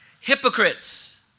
hypocrites